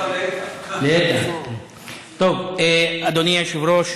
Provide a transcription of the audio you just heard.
אדוני היושב-ראש,